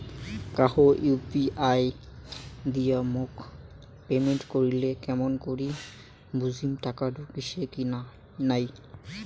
কাহো ইউ.পি.আই দিয়া মোক পেমেন্ট করিলে কেমন করি বুঝিম টাকা ঢুকিসে কি নাই?